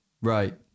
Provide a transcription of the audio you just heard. Right